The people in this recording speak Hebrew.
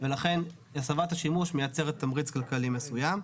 ולכן הסבת השימוש מייצרת תמריץ כלכלי מסוים.